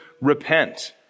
Repent